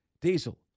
Diesel